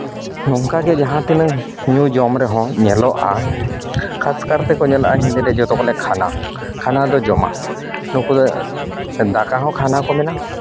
ᱱᱚᱝᱠᱟᱜᱮ ᱡᱟᱦᱟᱸᱛᱤᱱᱟᱹᱜ ᱧᱩᱼᱡᱚᱢ ᱨᱮᱦᱚᱸ ᱧᱮᱞᱚᱜᱼᱟ ᱠᱷᱟᱥ ᱠᱟᱨ ᱛᱮᱠᱚ ᱧᱮᱞᱚᱜᱼᱟ ᱱᱤᱡᱮᱛᱮ ᱡᱚᱛᱚ ᱠᱚ ᱞᱟᱹᱭᱟ ᱠᱷᱟᱱᱟ ᱠᱷᱟᱱᱟ ᱫᱚ ᱡᱚᱢᱟᱜ ᱱᱩᱠᱩ ᱫᱚ ᱫᱟᱠᱟ ᱦᱚᱸ ᱠᱷᱟᱱᱟ ᱠᱚ ᱢᱮᱱᱟ